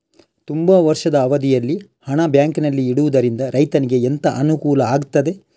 ತುಂಬಾ ವರ್ಷದ ಅವಧಿಯಲ್ಲಿ ಹಣ ಬ್ಯಾಂಕಿನಲ್ಲಿ ಇಡುವುದರಿಂದ ರೈತನಿಗೆ ಎಂತ ಅನುಕೂಲ ಆಗ್ತದೆ?